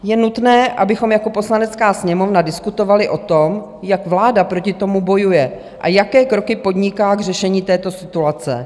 Je nutné, abychom jako Poslanecká sněmovna diskutovali o tom, jak vláda proti tomu bojuje a jaké kroky podniká k řešení této situace.